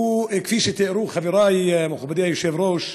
כפי שתיארו חברי, מכובדי היושב-ראש,